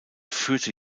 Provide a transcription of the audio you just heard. führte